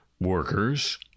workers